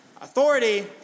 Authority